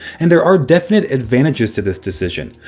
and there are definite advantages to this decision,